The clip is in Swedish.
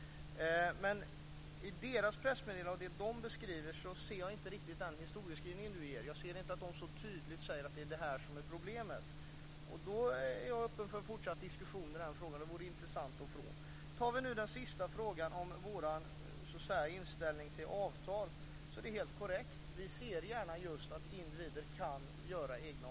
I JämO:s pressmeddelande och beskrivning ser jag inte riktigt din historieskrivning. Jag ser inte att JämO så tydligt säger att det är detta som är problemet. Jag är öppen för fortsatt diskussion i den frågan. En sådan vore intressant att få. I den sista frågan om vår inställning till avtal är det helt korrekt att vi gärna ser just att individer kan göra egna avtal.